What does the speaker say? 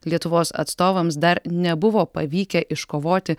lietuvos atstovams dar nebuvo pavykę iškovoti